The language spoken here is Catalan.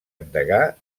endegar